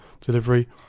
delivery